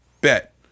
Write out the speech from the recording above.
Bet